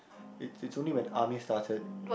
it it's only when army started